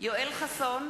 יואל חסון,